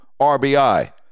RBI